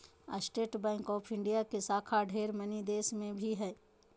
state bank of India के शाखा ढेर मनी देश मे भी हय